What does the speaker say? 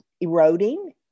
eroding